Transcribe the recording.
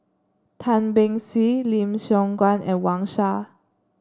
Tan Beng Swee Lim Siong Guan and Wang Sha